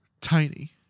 tiny